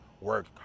work